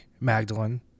Magdalene